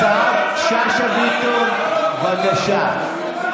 השרה שאשא ביטון, בבקשה.